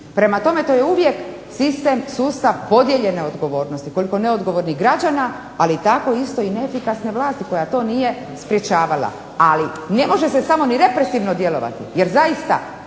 Prema tome, to je uvijek sistem sustav podijeljene odgovornosti koliko neodgovornih građana ali tako isto i neefikasne vlasti koja to nije sprečavala. Ali ne može se samo ni represivno djelovati, jer zaista